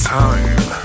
time